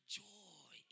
joy